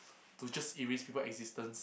to just erase people existence